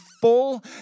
full